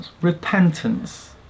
repentance